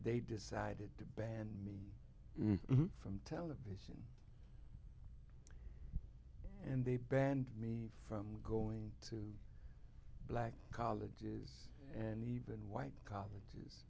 they decided to ban me from television and they banned me from going to black colleges and even white college